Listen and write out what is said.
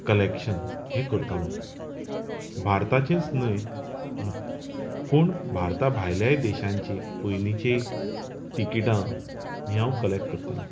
collection हें करतालो भारताचींच न्हय पूण भारता भायलेय देशांची पयलीचीं तिकीटां ही हांव कलेक्ट करतालो